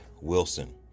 Wilson